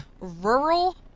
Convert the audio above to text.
Rural